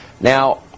Now